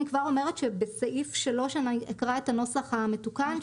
אני כבר אומרת שבסעיף 3 אני אקרא את הנוסח המתוקן.